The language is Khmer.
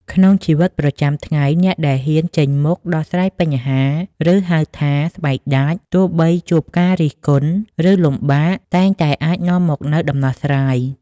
ក្នុងជីវិតប្រចាំថ្ងៃ អ្នកដែលហ៊ានចេញមុខដោះស្រាយបញ្ហា ឬហៅថា ស្បែកដាច ទោះបីជួបការរិះគន់ ឬលំបាក តែងតែអាចនាំមកនូវដំណោះស្រាយ។